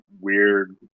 weird